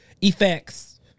Effects